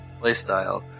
playstyle